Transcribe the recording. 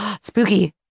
Spooky